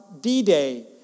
D-Day